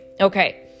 Okay